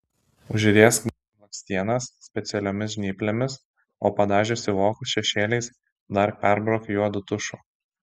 užriesk blakstienas specialiomis žnyplėmis o padažiusi vokus šešėliais dar perbrauk juodu tušu